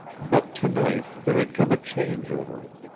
but to-night there had come a change over him.